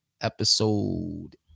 episode